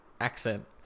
accent